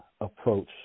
approach